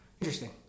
interesting